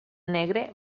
negre